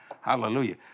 Hallelujah